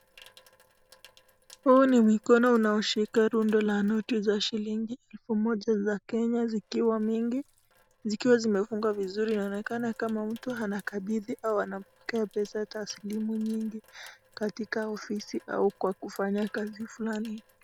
Huu ni mikono unaoshika runda la noti za shilingi elfu moja za Kenya zikiwa mingi zikiwa zimefungwa vizuri, inaonekana kama mtu anakabidhi au anapokea pesa taslimu nyingi katika ofisi au kwa kufanya kazi fulani.